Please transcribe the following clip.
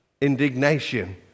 indignation